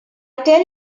tell